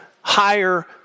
higher